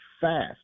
fast